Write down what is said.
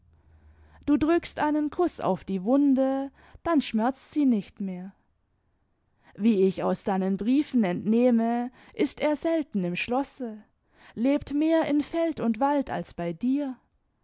du drückst einen kuß auf die wunde dann schmerzt sie nicht mehr wie ich aus deinen briefen entnehme ist er selten im schlosse lebt mehr in feld und wald als bei dir